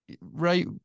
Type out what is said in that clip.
right